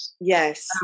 yes